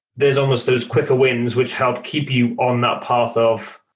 there's almost those quicker wins which help keep you on that path of,